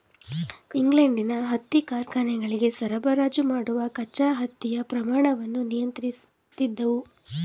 ಇಂಗ್ಲೆಂಡಿನ ಹತ್ತಿ ಕಾರ್ಖಾನೆಗಳಿಗೆ ಸರಬರಾಜು ಮಾಡುವ ಕಚ್ಚಾ ಹತ್ತಿಯ ಪ್ರಮಾಣವನ್ನು ನಿಯಂತ್ರಿಸುತ್ತಿದ್ದವು